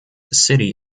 city